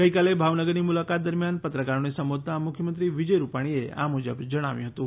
ગઈકાલે ભાવનગરની મુલાકાત દરમિયાન પત્રકારોને સંબોધતા મુખ્યમંત્રી વિજય રૂપાણીએ આ મુજબ જણાવ્યું હતું